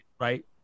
Right